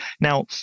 Now